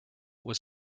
was